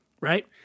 right